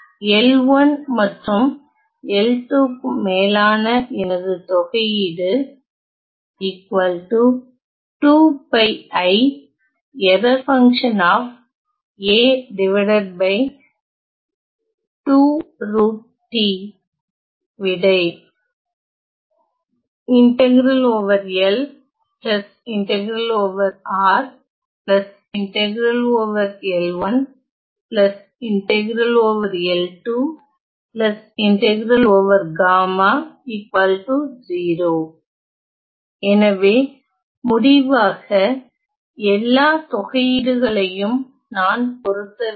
L1 மற்றும் L2 க்கும் மேலான எனது தொகையீடு விடை எனவே முடிவாக எல்லா தொகையீடுகளையும் நான் பொருத்த வேண்டும்